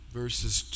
verses